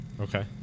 Okay